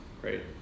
Great